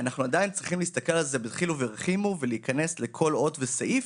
אנחנו עדיין צריכים להסתכל על זה בדחילו ורחימו ולהיכנס לכל אות וסעיף,